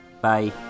Bye